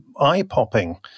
eye-popping